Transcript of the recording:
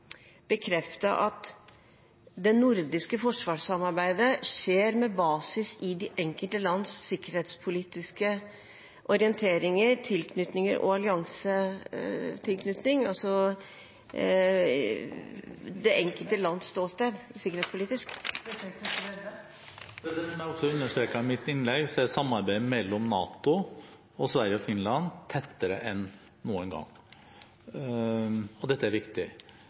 at det nordiske forsvarssamarbeidet skjer med basis i de enkelte lands sikkerhetspolitiske orienteringer, tilknytninger og alliansetilknytning, altså det enkelte lands ståsted sikkerhetspolitisk? Som jeg også understreket i mitt innlegg, er samarbeidet mellom NATO og Sverige og Finland tettere enn noen gang. Dette er viktig.